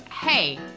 Hey